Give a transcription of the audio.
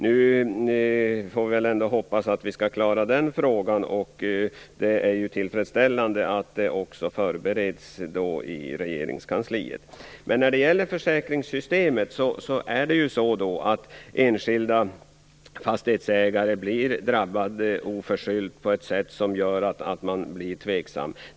Nu får vi ändå hoppas att vi skall klara den frågan. Det är tillfredsställande att frågan också bereds i regeringskansliet. När det gäller försäkringssystemet är det enskilda fastighetsägare som oförskyllt drabbas på ett sätt som gör att man blir tveksam.